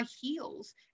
heels